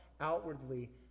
outwardly